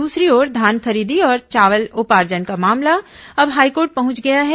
दूसरी ओर धान खरीदी और चावल उर्पाजन का मामला अब हाईकोर्ट पहुंच गया है